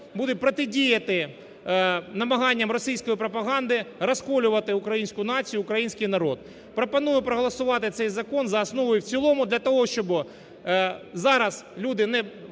буде протидіяти намаганням російської пропаганди розколювати українську націю, український народ. Пропоную проголосувати цей закон за основу і в цілому. Для того, щоби зараз люди не втручалися